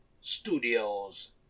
studios